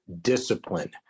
discipline